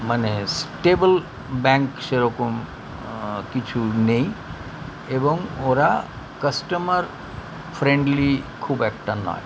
মানে stable bank সেরকম কিছু নেই এবং ওরা কাস্টমার ফ্রেণ্ডলি খুব একটা নয়